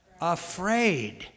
afraid